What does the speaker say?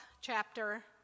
chapter